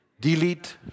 Delete